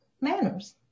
manners